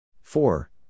Four